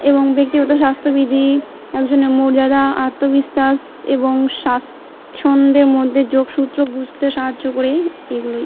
এবং ব্যক্তিগত স্বাস্থ্যবিধি একজ মর্যাদা আত্মবিশ্বাস এবং স্বাচ্ছন্দের মধ্যে যোগ সূত্র বুঝতে সাহায্য করে এগুলি